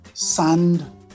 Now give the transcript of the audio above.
sand